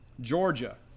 Georgia